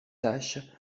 tâche